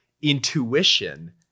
intuition